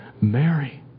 Mary